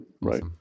right